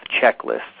checklists